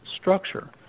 structure